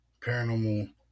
paranormal